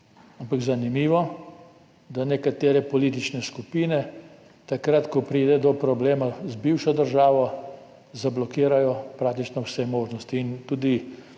ampak zanimivo, da nekatere politične skupine takrat, ko pride do problema z bivšo državo, zablokirajo praktično vse možnosti. Kot